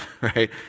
Right